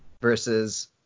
versus